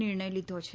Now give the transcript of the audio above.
નિર્ણય લીધો છે